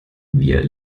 wir